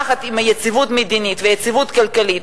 יחד עם יציבות מדינית ויציבות כלכלית,